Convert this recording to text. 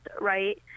right